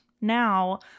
now